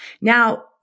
Now